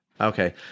Okay